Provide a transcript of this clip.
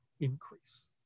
increase